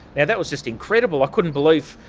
that was just incredible, i couldn't believe,